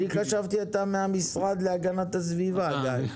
אני חשבתי שאתה מהמשרד להגנת הסביבה, גיא.